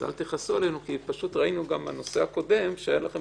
אז תכעסו עלינו כי פשוט ראינו גם בנושא הקודם שהייתה לכם